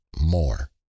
more